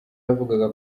yavugaga